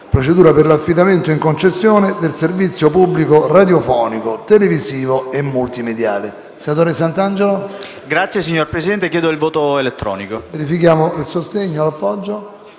Procedura per l'affidamento in concessione del servizio pubblico radiofonico, televisivo e multimediale***